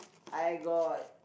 I got